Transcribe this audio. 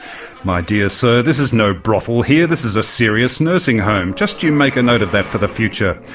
my dear sir, this is no brothel here, this is a serious nursing home, just you make a note of that for the future.